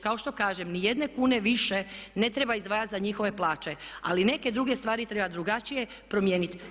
Kao što kažem nijedne kune više ne treba izdvajati za njihove plaće ali neke druge stvari treba drugačije promijeniti.